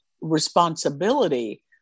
responsibility